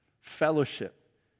fellowship